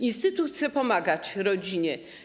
Instytut chce pomagać rodzinie.